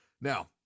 Now